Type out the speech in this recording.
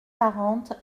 quarante